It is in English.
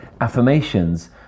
affirmations